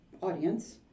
audience